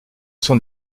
sont